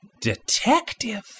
Detective